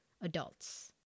adults